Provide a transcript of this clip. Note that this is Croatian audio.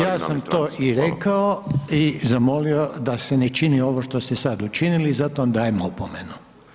Ja sam to i rekao i zamolio da se ne čini ovo što ste sad učinili i zato vam dajem opomenu.